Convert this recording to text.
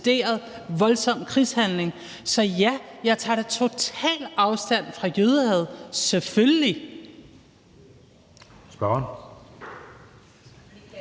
voldsom krigshandling. Så ja, jeg tager da totalt afstand fra jødehad, selvfølgelig. Kl.